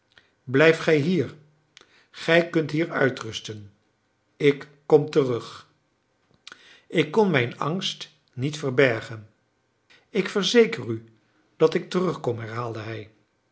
blijf gij hier gij kunt hier uitrusten ik kom terug ik kon mijn angst niet verbergen ik verzeker u dat ik terugkom herhaalde hij